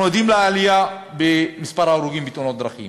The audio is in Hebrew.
אנחנו עדים לעלייה במספר ההרוגים בתאונות דרכים.